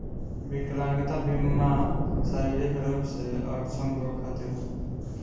विकलांगता बीमा शारीरिक रूप से अक्षम लोग खातिर हवे